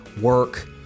work